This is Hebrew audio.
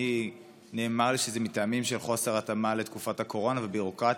נאמר לי שזה מטעמים של חוסר התאמה לתקופת הקורונה וביורוקרטיה,